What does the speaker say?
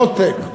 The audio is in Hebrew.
low-tech,